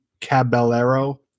Caballero